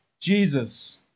jesus